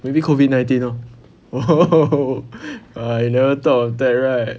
maybe COVID nineteen lor oh [ho] [ho] [ho] ah you never thought of that right